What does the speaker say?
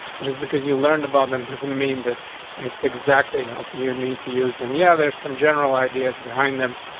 just because you learned about them doesn't mean that it's exactly how do you need to use them? yeah, there's some general ideas behind them.